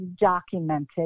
documented